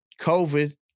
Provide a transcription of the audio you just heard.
COVID